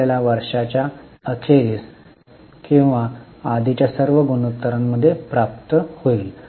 आपल्याला वर्षाच्या अखेरीस किंवा आधीच्या सर्व गुणोत्तरांमध्ये प्राप्त होईल